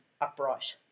upright